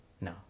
No